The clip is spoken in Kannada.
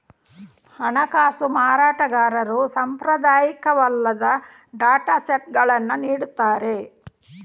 ಹಣಕಾಸು ಮಾರಾಟಗಾರರು ಸಾಂಪ್ರದಾಯಿಕವಲ್ಲದ ಡೇಟಾ ಸೆಟ್ಗಳನ್ನು ನೀಡುತ್ತಾರೆ